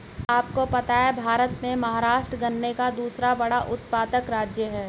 क्या आपको पता है भारत में महाराष्ट्र गन्ना का दूसरा बड़ा उत्पादक राज्य है?